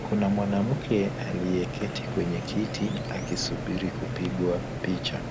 Kuna mwanamke aliyeketi kwenye kiti akisubiri kupigwa picha.